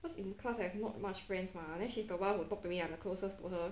cause in class I have not much friends mah then she's the one who talk to me I'm the closest to her